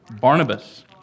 Barnabas